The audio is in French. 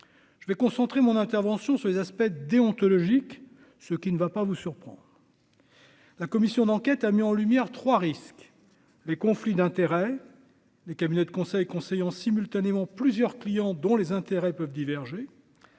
je vais concentrer mon intervention sur les aspects déontologiques, ce qui ne va pas vous surprendre. La commission d'enquête a mis en lumière 3 risques : les conflits d'intérêts, les cabinets de conseil conseil simultanément plusieurs clients dont les intérêts peuvent diverger